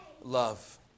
love